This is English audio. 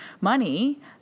money